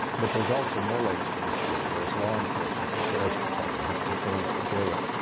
but there's also more legs to the stool. there's law enforcement, the sheriff's department who controls the jail,